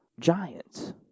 giants